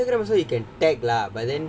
Instagram also you can tag lah but then